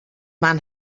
man